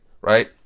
right